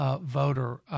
voter